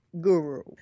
guru